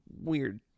Weird